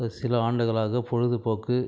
சில ஆண்டுகளாக பொழுதுபோக்கு